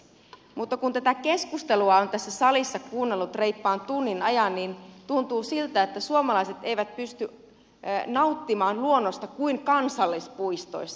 mutta kun tätä keskustelua on tässä salissa kuunnellut reippaan tunnin ajan niin tuntuu siltä että suomalaiset eivät pysty nauttimaan luonnosta kuin kansallispuistoissa